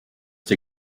dir